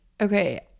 okay